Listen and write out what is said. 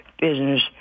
business